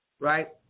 Right